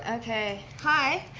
okay, hi.